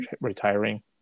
retiring